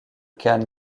khan